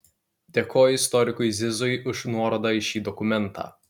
dėkoju istorikui zizui už nuorodą į šį dokumentą